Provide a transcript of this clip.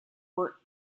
were